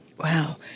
Wow